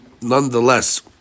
nonetheless